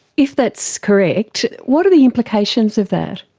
if that's correct, what are the implications of that?